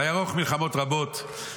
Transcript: "ויערוך מלחמות רבות,